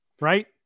right